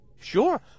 Sure